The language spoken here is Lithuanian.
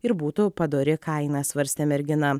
ir būtų padori kaina svarstė mergina